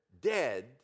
dead